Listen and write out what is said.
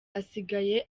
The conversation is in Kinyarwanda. asigaye